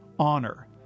honor